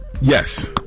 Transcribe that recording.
Yes